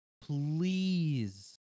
please